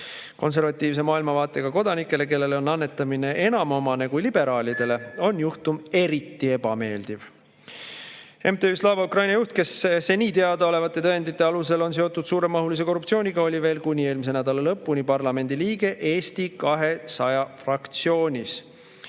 Konservatiivse maailmavaatega kodanikele, kellele on annetamine enam omane kui liberaalidele, on juhtum eriti ebameeldiv. MTÜ Slava Ukraini juht, kes seni teadaolevate tõendite alusel on seotud suuremahulise korruptsiooniga, oli veel kuni eelmise nädala lõpuni parlamendi liige Eesti 200 fraktsioonis.